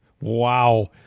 Wow